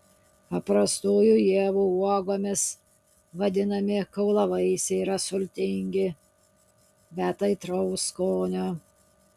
paprastųjų ievų uogomis vadinami kaulavaisiai yra sultingi bet aitraus skonio